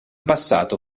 passato